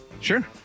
Sure